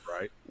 Right